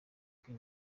bwe